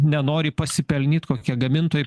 nenori pasipelnyt kokie gamintojai